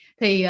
thì